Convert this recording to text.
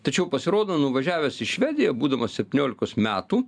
tačiau pasirodo nuvažiavęs į švediją būdamas septyniolikos metų